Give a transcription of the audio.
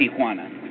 Tijuana